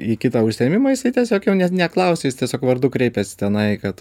į kitą užsiėmimą jisai tiesiog jau net neklausia jis tiesiog vardu kreipiasi tenai kad